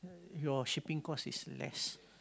your shipping cost is less